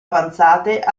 avanzate